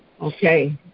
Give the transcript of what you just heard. Okay